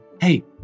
hey